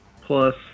plus